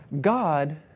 God